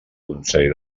consell